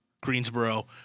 Greensboro